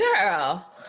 girl